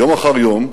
יום אחר יום,